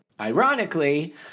Ironically